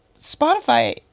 Spotify